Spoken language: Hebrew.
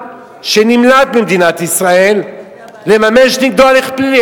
שנמלט ממדינת ישראל לממש נגדו הליך פלילי?